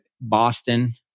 Boston